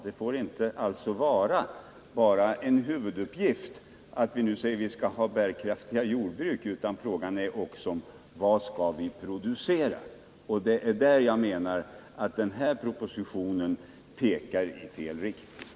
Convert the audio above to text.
Det får alltså inte enbart vara en huvuduppgift att vi säger att vi skall ha bärkraftiga jordbruk, utan frågan är också vad vi skall producera. Det är där jag menar att den här propositionen pekar i fel riktning.